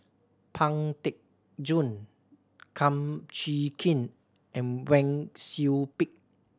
Pang Teck Joon Kum Chee Kin and Wang Sui Pick